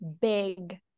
big